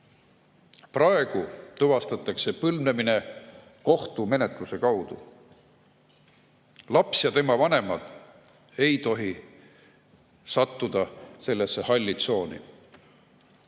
Praegu tuvastatakse põlvnemine kohtumenetluse kaudu. Laps ja tema vanemad ei tohi sattuda sellesse halli tsooni